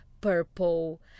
purple